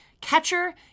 Catcher